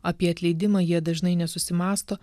apie atleidimą jie dažnai nesusimąsto